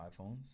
iPhones